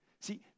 See